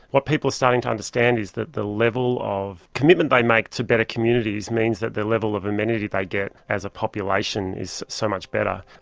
what people are starting to understand is that the level of commitment they make to better communities means that the level of amenity they get as a population is so much better.